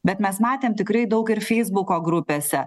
bet mes matėm tikrai daug ir feisbuko grupėse